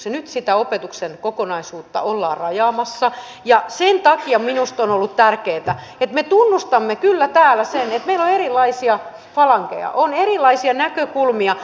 ja nyt sitä opetuksen kokonaisuutta ollaan rajaamassa ja sen takia minusta on ollut tärkeätä että me tunnustamme kyllä täällä sen että meillä on erilaisia falangeja on erilaisia näkökulmia